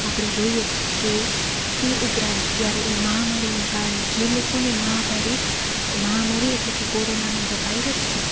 આપણે જોઈયે કે એ ઉપરાંત જ્યારે એ મહામારી ને કારણે જે લોકોને મહાભારી મહામારી એટલે કે કોરોનાનો જે વાઇરસ છે